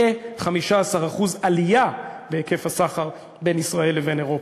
אין לי ספק שתעמוד כחומה בצורה נגד הדבר הזה,